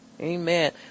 Amen